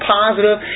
positive